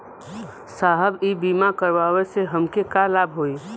साहब इ बीमा करावे से हमके का लाभ होई?